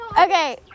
Okay